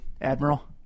Admiral